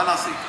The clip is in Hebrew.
מה נעשה אתה?